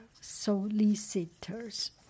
solicitors